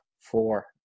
four